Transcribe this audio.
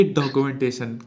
documentation